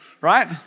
Right